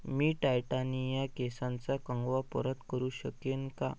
मी titanium केसांचा कंगवा परत करू शकेन का